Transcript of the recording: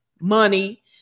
money